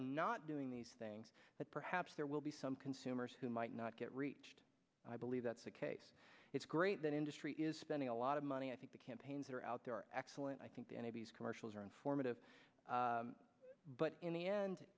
we're not doing these things but perhaps there will be some consumers who might not get reached i believe that's the case it's great that industry is spending a lot of money i think the campaigns that are out there are excellent i think anybody's commercials are informative but in the end